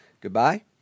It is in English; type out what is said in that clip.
goodbye